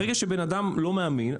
ברגע שבן אדם לא מאמין,